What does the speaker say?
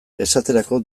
esaterako